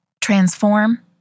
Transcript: transform